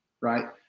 right